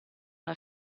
una